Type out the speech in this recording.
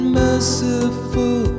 merciful